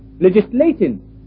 Legislating